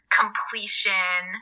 completion